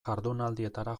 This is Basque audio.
jardunaldietara